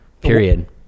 period